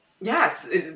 yes